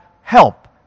help